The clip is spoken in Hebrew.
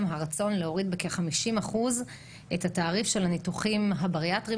הרצון להוריד בכ-50 אחוז את התעריף של הניתוחים הבריאטריים